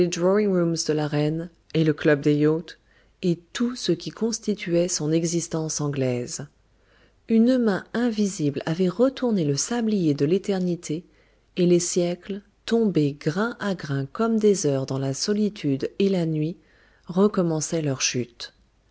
et le club des yachts et tout ce qui constituait son existence anglaise une main invisible avait retourné le sablier de l'éternité et les siècles tombés grain à grain comme des heures dans la solitude et la nuit recommençaient leur chute